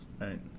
Right